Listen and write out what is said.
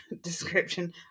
description